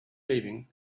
leaving